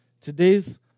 Today's